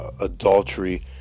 adultery